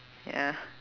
ya